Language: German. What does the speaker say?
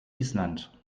island